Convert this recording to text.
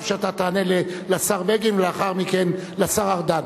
שאתה תענה לשר בגין ולאחר מכן לשר ארדן.